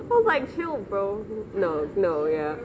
alright chill brother no no ya